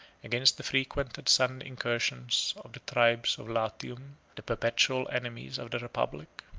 against the frequent and sudden incursions of the tribes of latium, the perpetual enemies of the republic.